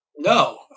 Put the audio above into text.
No